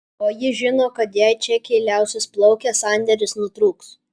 o jis žino kad jei čekiai liausis plaukę sandėris nutrūks